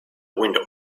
window